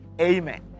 amen